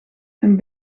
een